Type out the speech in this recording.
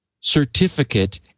certificate